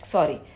Sorry